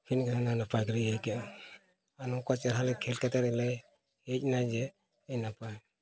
ᱮᱱᱠᱷᱟᱱ ᱚᱱᱟ ᱱᱟᱯᱟᱭ ᱜᱮᱞᱮ ᱤᱭᱟᱹ ᱠᱮᱜᱼᱟ ᱟᱨ ᱱᱚᱝᱠᱟ ᱪᱮᱦᱨᱟ ᱠᱷᱮᱞ ᱠᱟᱛᱮᱫ ᱞᱮ ᱦᱮᱡ ᱮᱱᱟ ᱡᱮ ᱟᱹᱰᱤ ᱱᱟᱯᱟᱭ